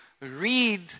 read